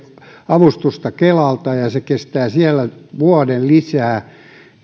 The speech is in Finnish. avustusta kelalta ja ja se kestää siellä vuoden lisää